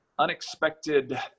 unexpected